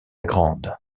grande